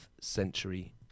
century